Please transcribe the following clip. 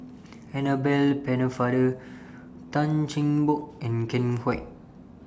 Annabel Pennefather Tan Cheng Bock and Ken Kwek